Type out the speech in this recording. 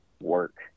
work